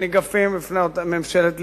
וניגפים בפני ממשלת ליכוד.